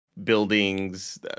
buildings